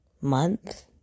month